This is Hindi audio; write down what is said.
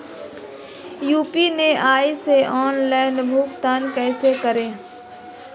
यू.पी.आई से ऑनलाइन भुगतान कैसे करें?